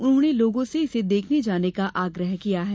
उन्होंने लोगों से इसे देखने जाने का आग्रह किया है